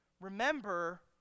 Remember